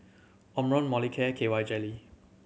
Omron Molicare and K Y Jelly